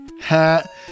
Hat